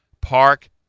Park